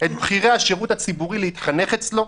את בכירי השירות הציבורי להתחנך אצלו?